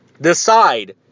decide